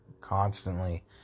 constantly